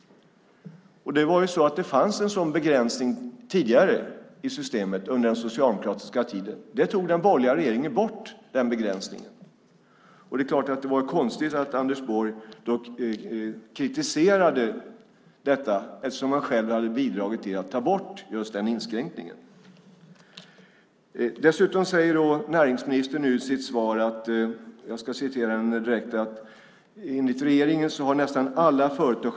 Det fanns ju en sådan begränsning i systemet tidigare, under den socialdemokratiska tiden. Den begränsningen tog den borgerliga regeringen bort. Det är lite konstigt att Anders Borg kritiserade detta eftersom han ju själv hade bidragit till att ta bort just den inskränkningen. Nu säger näringsministern i sitt svar att enligt regeringen har "nästan alla företag .